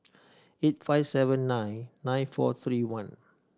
eight five seven nine nine four three one